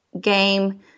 game